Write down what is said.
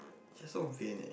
you're so vain eh